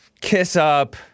kiss-up